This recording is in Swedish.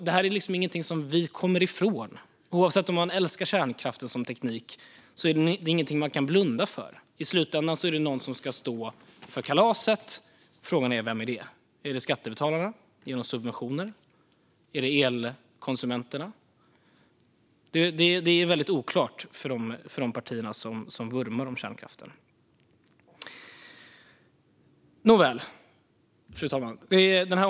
Det är ingenting vi kommer ifrån. Oavsett om man älskar kärnkraften som teknik är det inget man kan blunda för. I slutänden är det någon som ska stå för kalaset. Frågan är vem. Är det skattebetalarna genom subventioner? Är det elkonsumenterna? Det är oklart från de partier som vurmar för kärnkraften. Fru talman! Nåväl!